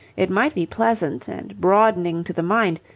it might be pleasant and broadening to the mind,